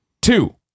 Two